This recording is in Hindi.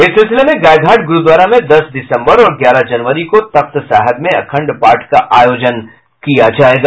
इस सिलसिले में गायघाट गुरूद्वारा में दस दिसंबर और ग्याहर जनवरी को तख्त साहिब में अखण्ड पाठ का आयोजन किया जायेगा